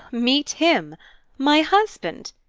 meet him my husband?